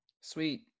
Sweet